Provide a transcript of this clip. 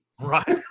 right